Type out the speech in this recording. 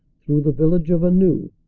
through the village of anneux,